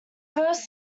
first